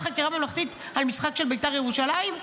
חקירה ממלכתית על משחק של בית"ר ירושלים?